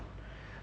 like